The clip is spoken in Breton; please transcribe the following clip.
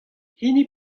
hini